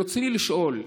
ברצוני לשאול: